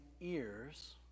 ears